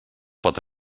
pot